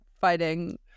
fighting